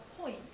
point